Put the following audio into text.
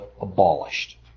abolished